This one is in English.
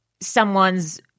someone's